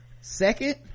second